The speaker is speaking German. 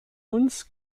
uns